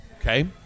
Okay